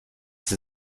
sie